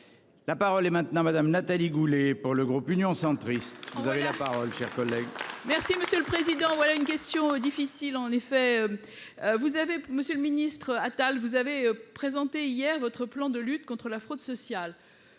La parole est maintenant madame Nathalie Goulet, pour le groupe Union centriste. Vous avez la parole, cher collègue. Merci monsieur le président. Voilà une question difficile, en effet. Vous avez, Monsieur le Ministre Atal. Vous avez présenté hier votre plan de lutte contre la fraude sociale.